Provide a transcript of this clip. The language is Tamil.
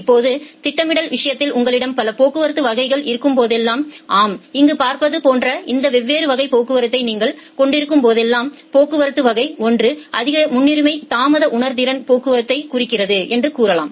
இப்போது திட்டமிடல் விஷயத்தில் உங்களிடம் பல போக்குவரத்து வகைகள் இருக்கும்போதெல்லாம் ஆம் இங்கு பார்ப்பது போன்ற இந்த வெவ்வேறு வகை போக்குவரத்தை நீங்கள் கொண்டிருக்கும்போதெல்லாம் போக்குவரத்து வகை1 அதிக முன்னுரிமை தாமத உணர்திறன் போக்குவரத்தை குறிக்கிறது என்று கூறலாம்